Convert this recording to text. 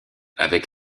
avec